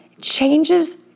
changes